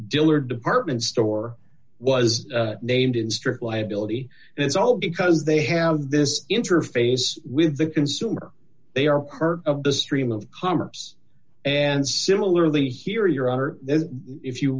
dealer department store was named in strict liability and it's all because they have this interface with the consumer they are heard of the stream of commerce and similarly here your are if you